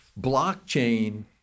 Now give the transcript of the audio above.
Blockchain